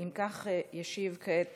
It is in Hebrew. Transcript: אם כך, ישיב כעת